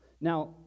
Now